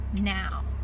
now